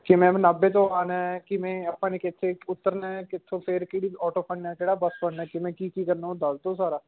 ਕਿ ਮੈਮ ਨਾਭੇ ਤੋਂ ਆਉਣਾ ਹੈ ਕਿਵੇਂ ਆਪਾਂ ਨੇ ਕਿੱਥੇ ਉਤਰਨਾ ਹੈ ਕਿੱਥੋਂ ਫਿਰ ਕਿਹੜੀ ਔਟੋ ਫੜਨਾ ਹੈ ਕਿਹੜਾ ਬੱਸ ਫੜਨਾ ਕਿਵੇਂ ਕੀ ਕੀ ਕਰਨਾ ਉਹ ਦੱਸ ਦਿਓ ਸਾਰਾ